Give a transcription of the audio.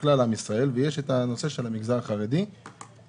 המשכורת של עובדי ההוראה צריך להינתן כמו מה שמגיע להם באמת.